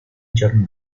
giorni